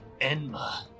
Enma